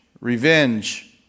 revenge